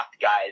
guys